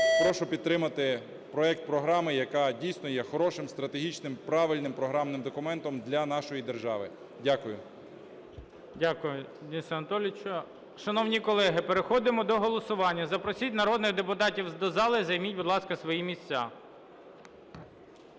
Прошу проект програми, яка дійсно є хорошим, стратегічним, правильним програмним документом для нашої держави. Дякую. ГОЛОВУЮЧИЙ. Дякую, Денисе Анатолійовичу. Шановні колеги, переходимо до голосування. Запросіть народних депутатів до зали. Займіть, будь ласка, свої місця. Готові